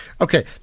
Okay